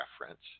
reference